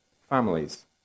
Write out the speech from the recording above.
families